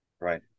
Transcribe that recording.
right